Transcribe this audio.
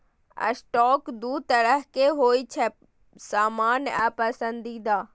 stock दू तरहक होइ छै, सामान्य आ पसंदीदा